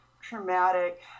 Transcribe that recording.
traumatic